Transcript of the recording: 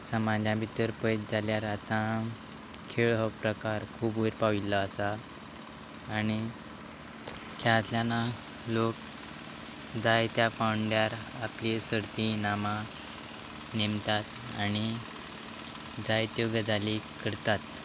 समाजा भितर पयत जाल्यार आतां खेळ हो प्रकार खूब वयर पाविल्लो आसा आनी खेळांतल्यान लोक जाय त्या पांवंड्यार आपली सर्ती इनामां नेमतात आनी जाय त्यो गजाली करतात